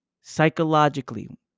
psychologically